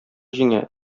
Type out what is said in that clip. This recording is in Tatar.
җиңә